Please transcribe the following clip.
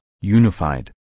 unified